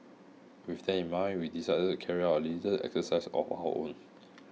with that in mind we decided to carry out a little exercise of our own